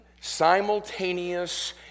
simultaneous